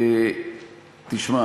תשמע,